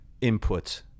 input